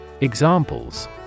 Examples